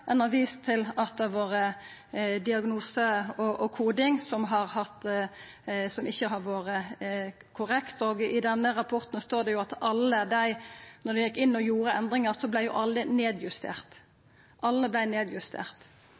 ein har vist til at det har vore diagnose og koding som ikkje har vore korrekt. I denne rapporten står det at da ein gjekk inn og gjorde endringar, vart alle justerte ned. Så